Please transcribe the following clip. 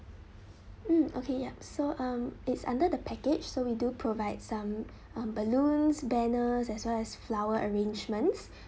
mm okay yup so um it's under the package so we do provide some um balloons banners as well as flower arrangements